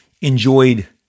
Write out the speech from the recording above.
enjoyed